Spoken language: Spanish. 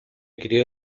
crio